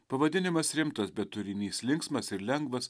pavadinimas rimtas bet turinys linksmas ir lengvas